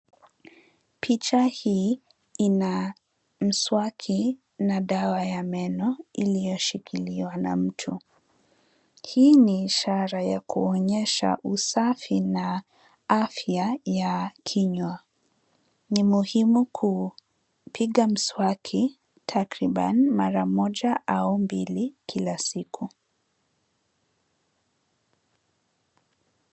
Picha hii ina mswaki na dawa ya meno iliyoshikiliwa na mtu. Hii ni ishara ya kuonyesha usafi na afya ya kinywa. Ni muhimu kupiga mswaki takriban mara moja au mbili kila siku.